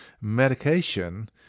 medication